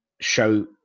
show